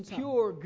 pure